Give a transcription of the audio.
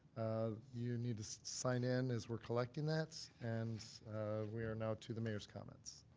you need to sign in as we're collecting that. and we are now to the mayor's comments.